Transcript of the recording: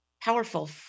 powerful